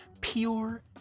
pure